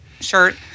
shirt